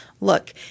look